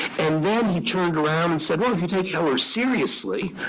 and then, he turned around and said, well, if you take heller seriously